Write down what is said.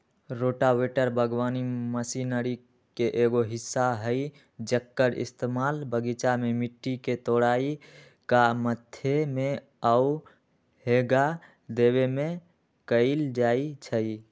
rotavator बगवानी machinery के एगो हिस्सा हई जेक्कर इस्तेमाल बगीचा में मिट्टी के तोराई आ मथे में आउ हेंगा देबे में कएल जाई छई